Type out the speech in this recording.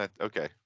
okay